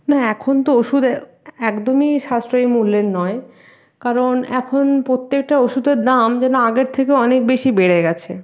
না এখন তো ওষুধ এ একদমই সাশ্রয়ী মূল্যের নয় কারণ এখন প্রত্যেকটা ওষুধের দাম যেন আগের থেকে অনেক বেশি বেড়ে গিয়েছে